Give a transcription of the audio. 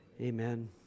Amen